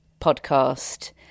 podcast